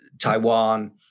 Taiwan